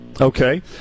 Okay